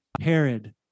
Herod